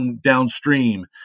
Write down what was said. downstream